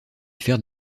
faire